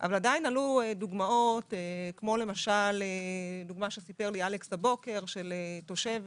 אך עדיין עלו דוגמאות למשל כמו זו שסיפר לי אלכס הבוקר של תושבת